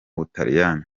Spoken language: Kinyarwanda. butaliyani